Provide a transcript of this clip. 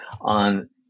on